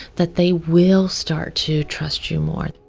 that they will start to trust you more